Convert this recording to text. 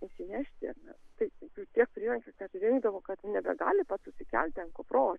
išsinešti nes tai jų tiek prirenka kad rinkdavo kad nebegali pats užsikelti ant kupros